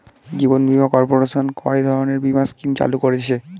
জীবন বীমা কর্পোরেশন কয় ধরনের বীমা স্কিম চালু করেছে?